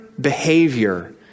behavior